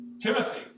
Timothy